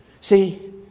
See